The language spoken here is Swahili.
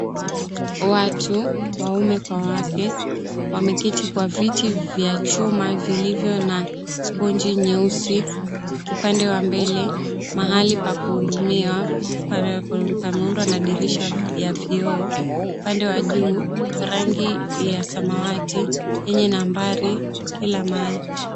Watu waume kwa wake wameketi kwa viti vya chuma vilivyo na sponji nyeusi. Upande wa mbele, mahali pa kuhudumiwa pameundwa na dirisha ya vioo, upande wa juu rangi ya samawati yenye nambari kila mahali.